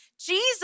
Jesus